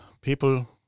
people